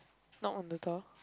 knock on the door